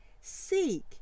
seek